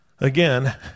Again